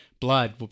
blood